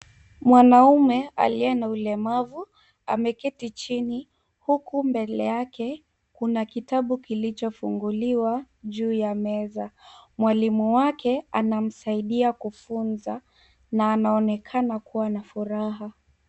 Mwanaume aliye na ulemavu, ameketi chini huku mbele yake, kuna kitabu kilicho funguliwa juu ya meza. Mwalimu wake anamsaidia kufunza na anaonekana kuwa na furaha.